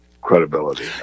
credibility